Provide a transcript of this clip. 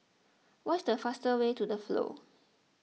what is the fastest way to the Flow